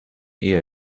ehe